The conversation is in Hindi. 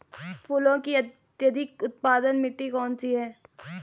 फूलों की अत्यधिक उत्पादन मिट्टी कौन सी है?